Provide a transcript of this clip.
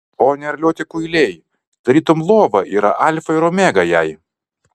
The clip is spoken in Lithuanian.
o neraliuoti kuiliai tarytum lova yra alfa ir omega jai